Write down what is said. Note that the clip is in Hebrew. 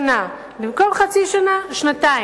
שנה, במקום חצי שנה, שנתיים.